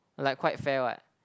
like quite fair what